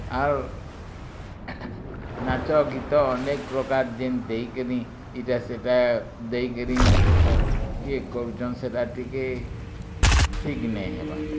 ଆରୁ ନାଚ ଗୀତ ଅନେକପ୍ରକାର ଯେମତି ଦେଇକିନି ଏଇଟା ସେଇଟା ଦେଇ କରି ଇଏ କରୁଛନ ସେଇଟା ଟିକେ ଠିକ୍ ନେଇ ହେବାର